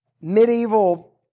medieval